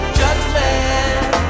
judgment